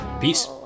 Peace